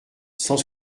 cent